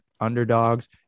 underdogs